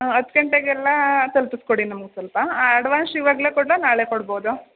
ಹಾಂ ಹತ್ತು ಗಂಟೆಗೆಲ್ಲಾ ತಲ್ಪಿಸಿ ಕೊಡಿ ನಮಗೆ ಸ್ವಲ್ಪ ಅಡ್ವಾನ್ಶ್ ಇವಾಗಲೆ ಕೊಡಲಾ ನಾಳೆ ಕೊಡ್ಬೋದಾ